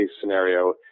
scenario